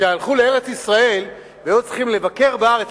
כשהלכו לארץ-ישראל והיו צריכים לבקר בארץ,